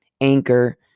Anchor